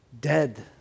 dead